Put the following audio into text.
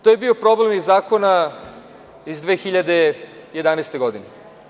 To je bio problem i zakona iz 2011. godine.